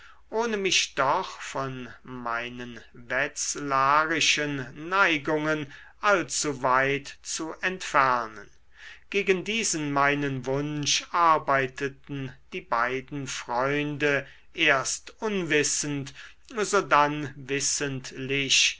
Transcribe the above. ohne mich doch von meinen wetzlarischen neigungen allzu weit zu entfernen gegen diesen meinen wunsch arbeiteten die beiden freunde erst unwissend sodann wissentlich